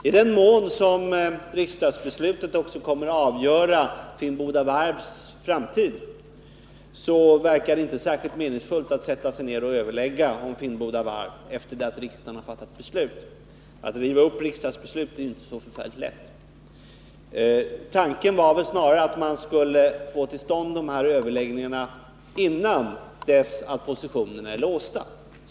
I den mån riksdagsbeslutet också kommer att avgöra Finnboda varvs framtid verkar det inte särskilt meningsfullt att sätta sig ner och överlägga om Finnboda varv efter att riksdagen fattat beslutet. Att riva upp riksdagsbeslut är inte så förfärligt lätt. Tanken var väl snarare att man skulle få till stånd dessa överläggningar innan positionerna är låsta.